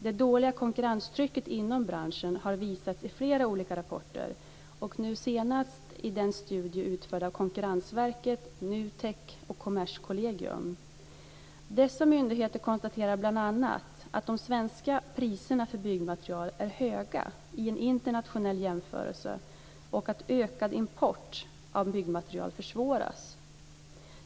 Det dåliga konkurrenstrycket inom branschen har visats i flera olika rapporter, nu senast i en studie utförd av Dessa myndigheter konstaterar bl.a. att de svenska priserna för byggmaterial är höga i en internationell jämförelse och att ökad import av byggmaterial försvåras.